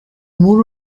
muri